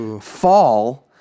Fall